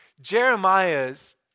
Jeremiah's